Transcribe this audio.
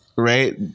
Right